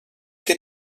que